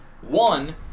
One